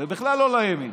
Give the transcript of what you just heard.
ובכלל לא לימין.